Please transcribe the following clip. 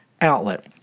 outlet